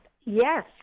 Yes